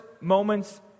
moments